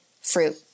fruit